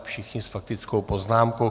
Všichni s faktickou poznámkou.